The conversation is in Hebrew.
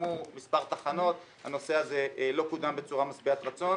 הוקמו מספר תחנות אבל הנושא הזה לא קודם בצורה משביעת רצון.